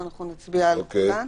ואנחנו נצביע על כולן.